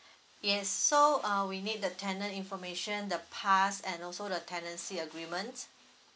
yes so uh we need the tenant information the pass and also the tenancy agreement